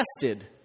tested